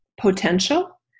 potential